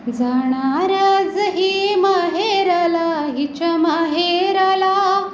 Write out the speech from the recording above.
जाणार आज ही माहेरला हिच्या माहेराला